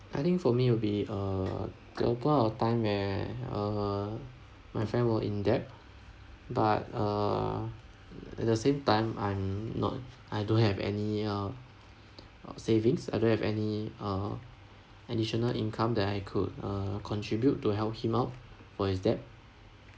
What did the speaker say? I think for me will be err the point of time where uh my friend were in debt but err at the same time I'm not I don't have any um savings I don't have any uh additional income that I could uh contribute to help him out for his debt